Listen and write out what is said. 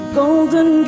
golden